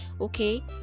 okay